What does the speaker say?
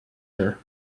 her